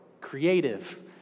creative